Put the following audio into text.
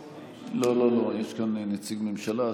לא לא לא, יש כאן נציג ממשלה.